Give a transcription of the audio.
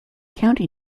county